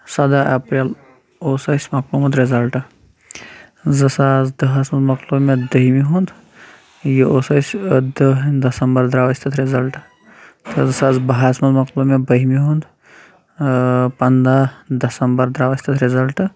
سَداہ اپریل اوس اَسہِ مۄکلومُت رِزَلٹ زٕ ساس دَہَس منٛز مۄکلو مےٚ دٔہِمہِ ہُنٛد یہِ اوس اَسہِ دَہ دَسَمبر درٛاو اَسہِ تَتھ رِزَلٹ تہٕ زٕ ساس بَہَس منٛز مۄکلو مےٚ بٔہِمہِ ہُنٛد پنٛداہ دَسَمبر درٛاو اَسہِ تَتھ رِزَلٹ